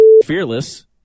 fearless